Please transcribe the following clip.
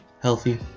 healthy